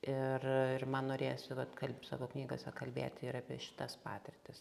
ir ir man norėjosi vat kalb savo knygose kalbėti ir apie šitas patirtis